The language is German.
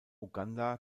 uganda